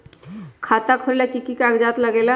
खाता खोलेला कि कि कागज़ात लगेला?